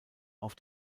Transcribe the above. auf